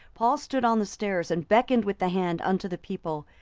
paul stood on the stairs, and beckoned with the hand unto the people.